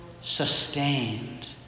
sustained